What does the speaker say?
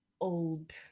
old